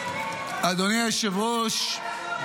--- אדוני היושב-ראש,